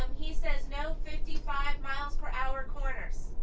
he says no fifty five mph corners!